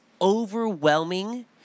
overwhelming